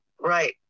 Right